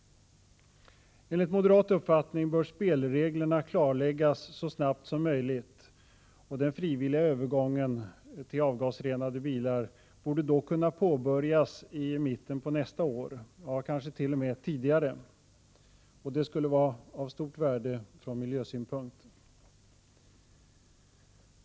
Enligt moderat uppfattning bör spelreglerna klarläggas så snabbt som möjligt, och den frivilliga övergången till avgasrenade bilar borde då kunna påbörjas i mitten av nästa år, kanske t.o.m. tidigare. Detta skulle vara av stort värde från miljösynpunkt.